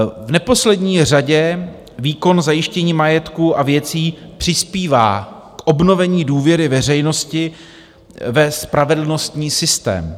V neposlední řadě výkon zajištění majetku a věcí přispívá k obnovení důvěry veřejnosti ve spravedlnostní systém.